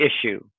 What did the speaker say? issue